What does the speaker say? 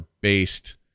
based